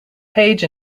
page